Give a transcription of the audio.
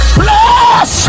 bless